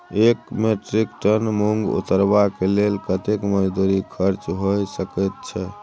एक metric tonne मूंग उतरबा के लेल कतेक मजदूरी खर्च होय सकेत छै?